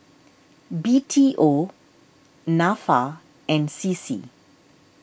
B T O Nafa and C C